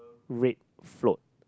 red float